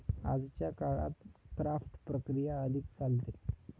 आजच्या काळात क्राफ्ट प्रक्रिया अधिक चालते